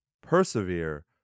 Persevere